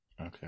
Okay